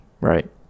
Right